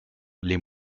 les